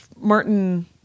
Martin